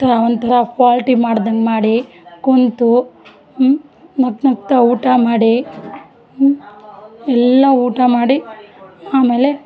ತ ಒಂಥರ ಪಾಲ್ಟಿ ಮಾಡ್ದಂಗೆ ಮಾಡಿ ಕೂತು ನಗು ನಗ್ತ ಊಟ ಮಾಡಿ ಎಲ್ಲ ಊಟ ಮಾಡಿ ಆಮೇಲೆ